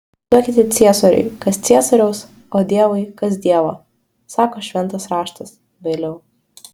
duokite ciesoriui kas ciesoriaus o dievui kas dievo sako šventas raštas viliau